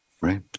right